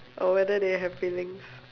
or whether they have feelings